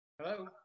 Hello